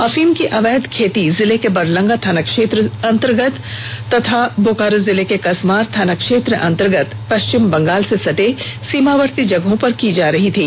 अफीम की अवैध खेती जिले के बरलंगा थाना क्षेत्र अंतर्गत तथा बोकारो जिले के कसमार थाना क्षेत्र अंतर्गत पश्चिम बंगाल से सटे सीमावर्ती जगहों पर की जा रही थी